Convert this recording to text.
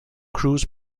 crews